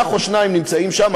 ואח או שניים נמצאים שם,